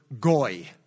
goy